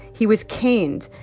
he was caned,